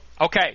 Okay